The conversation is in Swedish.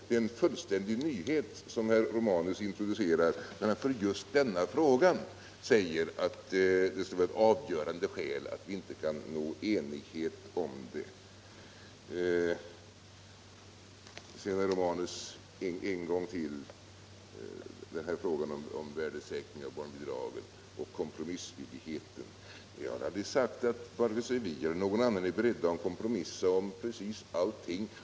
Det är en fullständig nyhet som herr Romanus introducerar när han för just denna fråga säger att det skulle vara ett avgörande skäl att vi inte kan nå enighet om den. Ännu en gång, herr Romanus, beträffande frågan om värdesäkringen av barnbidraget och kompromissvilligheten: Vi har aldrig sagt att vare sig vi eller någon annan är beredd att kompromissa om precis allting.